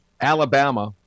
Alabama